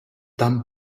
tam